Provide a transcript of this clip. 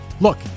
Look